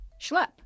Schlep